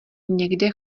někde